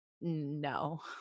No